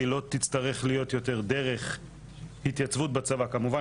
לא תצטרך להיות יותר דרך התייצבות בצבא כמובן